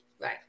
right